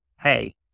Hey